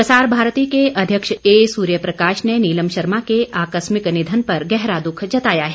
प्रसार भारती के अध्यक्ष एसूर्य प्रकाश ने नीलम शर्मा के आकस्मिक निधन पर गहरा दुख जताया है